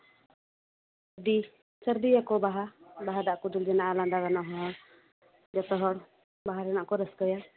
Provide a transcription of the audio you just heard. ᱟᱹᱰᱤ ᱥᱟᱨᱫᱤᱭᱟᱠᱚ ᱵᱟᱦᱟ ᱵᱟᱦᱟ ᱫᱟᱜ ᱠᱚ ᱫᱩᱞ ᱡᱚᱝᱟᱜᱼᱟ ᱞᱟᱸᱫᱟ ᱜᱟᱱᱚᱜ ᱦᱚᱲ ᱡᱚᱛᱚ ᱦᱚᱲ ᱵᱟᱦᱟ ᱨᱮᱱᱟᱜ ᱠᱚ ᱨᱟᱹᱥᱠᱟᱹᱭᱟ